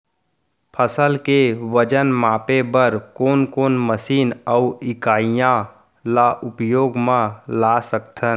फसल के वजन मापे बर कोन कोन मशीन अऊ इकाइयां ला उपयोग मा ला सकथन?